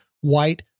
white